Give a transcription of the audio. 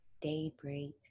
daybreak